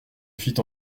fit